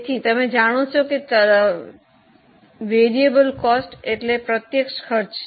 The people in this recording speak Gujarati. તેથી તમે જાણો છો કે ચલિત ખર્ચ પ્રત્યક્ષ ખર્ચ છે